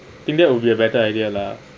I think that will be a better idea lah